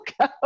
go